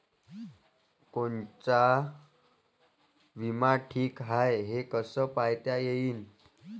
कोनचा बिमा ठीक हाय, हे कस पायता येईन?